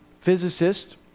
physicist